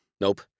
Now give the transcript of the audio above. Nope